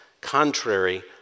contrary